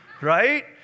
right